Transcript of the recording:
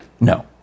No